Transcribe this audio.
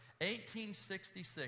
1866